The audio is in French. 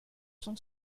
son